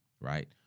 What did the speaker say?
Right